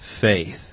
faith